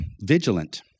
vigilant